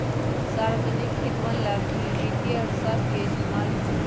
सार्वजनिक हितवन ला ही वित्तीय अर्थशास्त्र के इस्तेमाल होबा हई